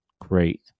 great